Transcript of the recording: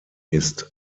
ist